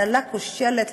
הנהלה כושלת,